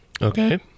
Okay